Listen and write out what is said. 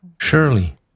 Surely